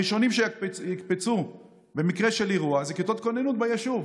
הראשונים שיקפצו במקרה של אירוע זה כיתות כוננות ביישוב.